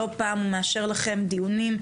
לא פעם מאשר לכם דיונים,